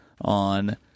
on